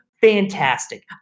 Fantastic